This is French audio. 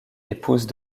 épouse